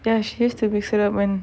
ya she used to be